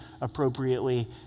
appropriately